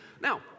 Now